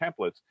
templates